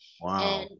Wow